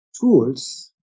tools